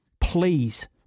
Please